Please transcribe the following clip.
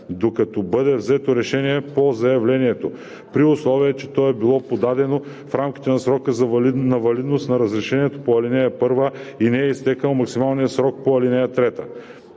докато бъде взето решение по заявлението, при условие че то е било подадено в рамките на срока на валидност на разрешението по ал. 1 и не е изтекъл максималният срок по ал. 3.